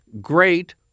great